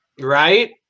Right